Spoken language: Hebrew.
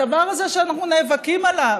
הדבר הזה שאנחנו נאבקים עליו.